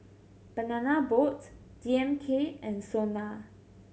Banana Boat D M K and SONA